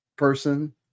person